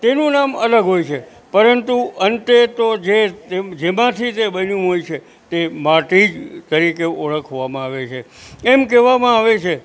તેનું નામ અલગ હોય છે પરંતુ અંતે તો જે જેમાંથી જે બન્યું હોય છે તે માટી જ તરીકે ઓળખવામાં આવે છે એમ કહેવામાં આવે છે